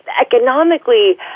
economically